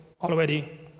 already